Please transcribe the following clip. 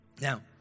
Now